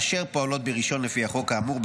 אשר פועלות ברישיון לפי החוק האמור,